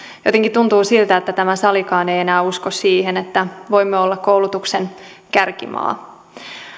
jotenkin tuntuu siltä että tämä salikaan ei enää usko siihen että voimme olla koulutuksen kärkimaa